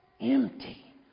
Empty